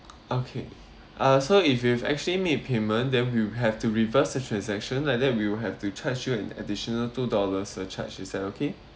okay uh so if you've actually make payment then we'll have to reverse the transaction like that we'll have to charge you an additional two dollars surcharge is that okay